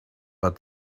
but